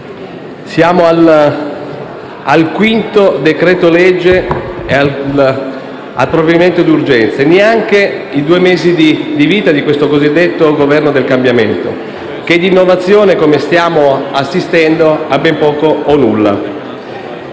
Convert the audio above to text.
siamo al quinto decreto-legge, provvedimento d'urgenza, in neanche due mesi di vita di questo cosiddetto Governo del cambiamento, che di innovazione, come stiamo assistendo, ha ben poco o nulla.